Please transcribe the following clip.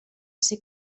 ser